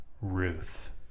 Ruth